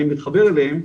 אני מתחבר אליהם.